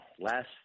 Last